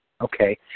Okay